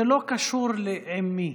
זה לא קשור לעם מי.